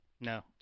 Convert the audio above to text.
No